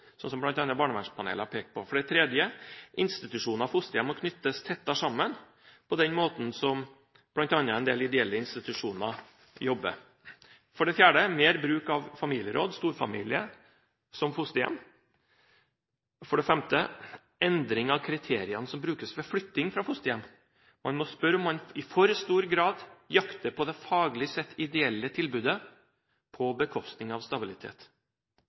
som bl.a. barnevernspanelet har pekt på. For det tredje: Institusjoner og fosterhjem må knyttes tettere sammen, på den måten som bl.a. en del ideelle institusjoner jobber. For det fjerde: mer bruk av familieråd, storfamilie som fosterhjem. For det femte: endring av kriteriene som brukes ved flytting fra fosterhjem. Man må spørre om man i for stor grad jakter på det faglig sett ideelle tilbudet, på bekostning av stabilitet.